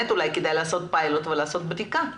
באמת אולי כדאי לעשות פיילוט ולבצע בדיקה?